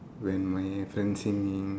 when my friend singing